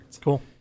cool